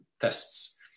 tests